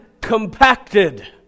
compacted